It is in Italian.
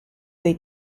dei